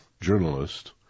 journalist